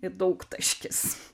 ir daugtaškis